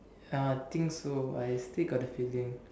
uh I think so I still got the feeling